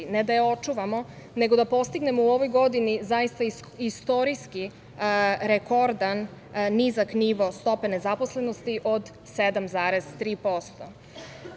Ne da je očuvamo, nego da postignemo u ovoj godini zaista istorijski rekordan, nizak nivo stope nezaposlenosti od 7,3%